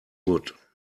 wood